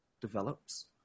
develops